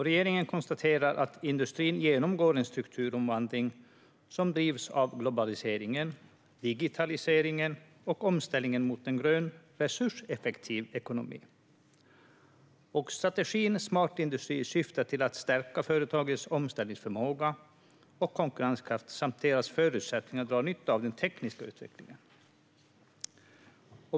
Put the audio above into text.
Regeringen konstaterar att industrin genomgår en strukturomvandling som drivs av globaliseringen, digitaliseringen och omställningen mot en grön resurseffektiv ekonomi. Strategin Smart industri syftar till att stärka företagens omställningsförmåga och konkurrenskraft samt deras förutsättningar att dra nytta av den tekniska utvecklingen.